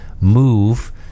move